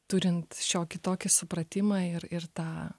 turint šiokį tokį supratimą ir ir tą